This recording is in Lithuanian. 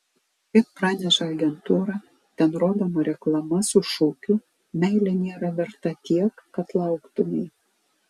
kaip praneša agentūra ten rodoma reklama su šūkiu meilė nėra verta tiek kad lauktumei